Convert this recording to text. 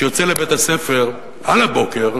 שיוצא לבית-הספר על הבוקר,